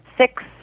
six